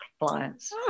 clients